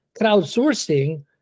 crowdsourcing